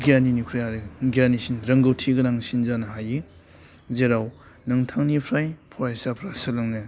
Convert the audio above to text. गियानिनिफ्राय आरो गियानिसिन रोंगौथि गोनांसिन जानो हायो जेराव नोंथांनिफ्राय फरायसाफ्रा सोलोंनो